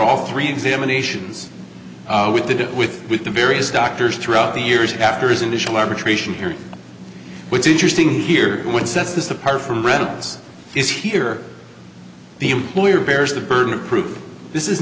all three examinations we did with with the various doctors throughout the years after his initial arbitration hearing what's interesting here what sets this apart from reynolds is here the employer bears the burden of proof this is